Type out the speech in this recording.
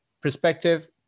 perspective